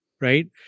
right